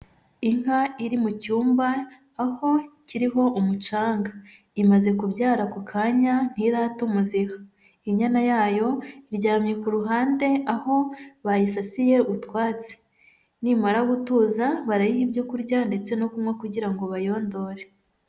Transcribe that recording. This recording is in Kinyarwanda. Inka iri mu cyumba, aho kiriho umucanga. Imaze kubyara ako kanya, ntirata umuziha. Inyana yayo iryamye ku ruhande, aho bayisasiye utwatsi. Nimara gutuza, barayiha ibyo kurya ndetse no kunywa kugira ngo bayondore.